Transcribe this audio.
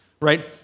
right